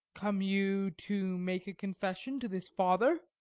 come you to make confession to this father?